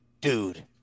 dude